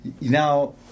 Now